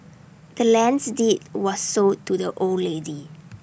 the land's deed was sold to the old lady